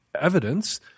evidence